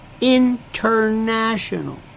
international